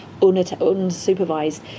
unsupervised